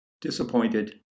disappointed